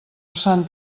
sant